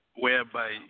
Whereby